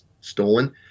stolen